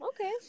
okay